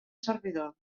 servidor